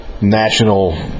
national